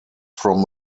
from